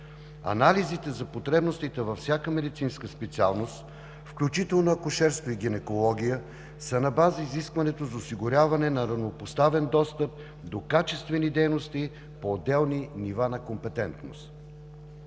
Анализите за потребностите във всяка медицинска специалност, включително акушерство и гинекология, са на база изискването за осигуряване на равнопоставен достъп до качествени дейности по отделни нива на компетентност.